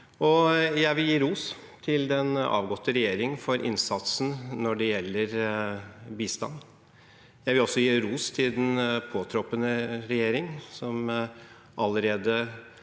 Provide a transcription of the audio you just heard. Jeg vil gi ros til den avgåtte regjering for innsatsen når det gjelder bistand. Jeg vil også gi ros til den påtroppende regjering, som allerede